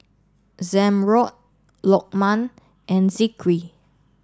Zamrud Lokman and Zikri